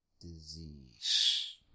Disease